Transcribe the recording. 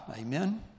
Amen